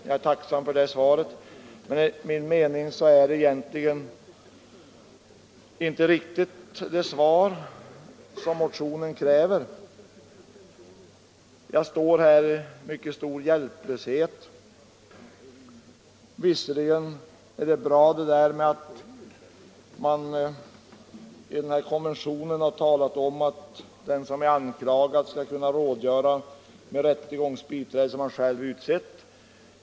Men jag vill ändå säga att enligt min mening är det egentligen inte riktigt det svar som motionen kräver. Jag känner mig här alldeles hjälplös. Visserligen är det bra att det i konventionen uttalas att den anklagade skall kunna rådgöra med ett rättegångsbiträde som han själv har utsett.